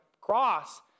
cross